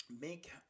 make